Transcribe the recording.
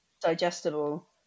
digestible